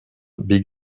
big